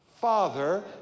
father